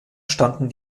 standen